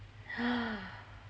!huh!